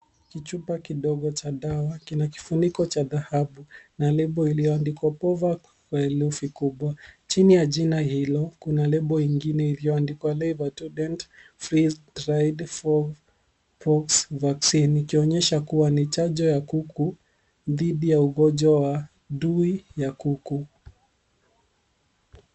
Kichupa kidogo cha dawa. Kina kifuniko cha dhahabu na lebo iliyoandikwa Poxvax kwa herufi kubwa. Chini ya jina hili, kuna lebo ingine iliyoandikwa leivatudent freeze ride for pox vaccine . Ikionyesha kua ni chanjo ya kuku dhidi ya ugonjwa wa dui ya kuku.